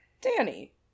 Danny